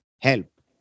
help